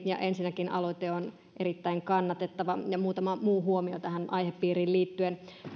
ensinnäkin aloite on erittäin kannatettava ja muutama muu huomio tähän aihepiiriin liittyen